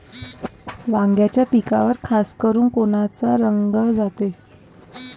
वांग्याच्या पिकावर खासकरुन कोनचा रोग जाते?